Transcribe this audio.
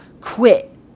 quit